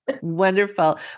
Wonderful